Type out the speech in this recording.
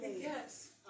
Yes